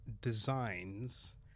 designs